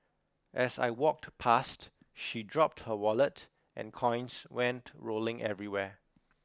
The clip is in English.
as I walked past she dropped her wallet and coins went rolling everywhere